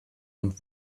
und